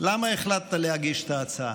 למה החלטת להגיש את ההצעה?